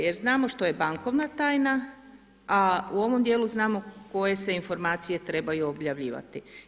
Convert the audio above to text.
Jer znamo što je bankovna tajna, a u ovom dijelu znamo koje se informacije trebaju objavljivati.